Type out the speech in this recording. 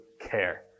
care